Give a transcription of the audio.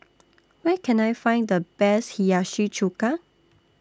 Where Can I Find The Best Hiyashi Chuka